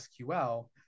sql